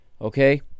okay